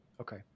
okay